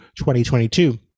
2022